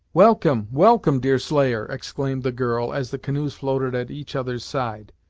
welcome welcome, deerslayer! exclaimed the girl, as the canoes floated at each other's side